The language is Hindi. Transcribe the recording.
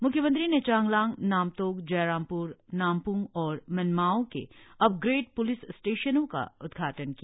म्ख्यमंत्री ने चांगलांग नामतोक जयरामप्र नामप्रंग और मनमाओ के अपग्रेड पुलिस स्टेशनों का उदघाटन किया